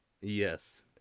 Yes